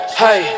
hey